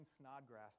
Snodgrass